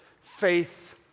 faith